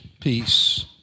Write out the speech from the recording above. peace